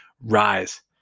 Rise